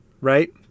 right